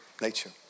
nature